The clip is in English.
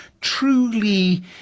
truly